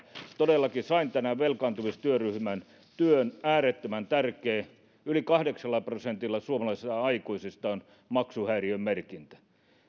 todellakin sain tänään velkaantumistyöryhmän työn äärettömän tärkeä yli kahdeksalla prosentilla suomalaisista aikuisista on maksuhäiriömerkintä